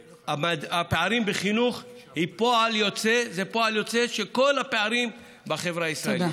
הפערים בחינוך הם פועל יוצא של כל הפערים בחברה הישראלית.